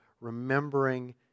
remembering